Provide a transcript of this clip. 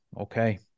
Okay